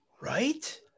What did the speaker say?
right